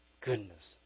Goodness